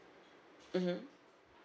mmhmm